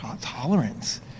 tolerance